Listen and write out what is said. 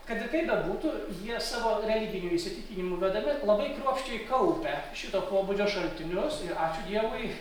kad ir kaip bebūtų jie savo religinių įsitikinimų vedami labai kruopščiai kaupia šito pobūdžio šaltinius ir ačiū dievui